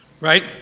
right